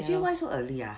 actually why so early ah